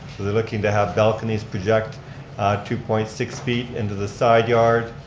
they're looking to have balconies project two point six feet into the side-yard.